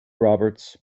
roberts